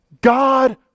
God